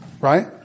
right